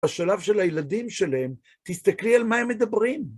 בשלב של הילדים שלהם, תסתכלי על מה הם מדברים.